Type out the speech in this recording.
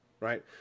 Right